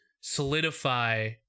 solidify